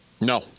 No